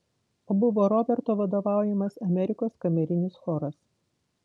o buvo roberto vadovaujamas amerikos kamerinis choras